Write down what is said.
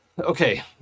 Okay